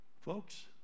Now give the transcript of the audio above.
Folks